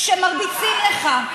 כשמרביצים לך,